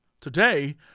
Today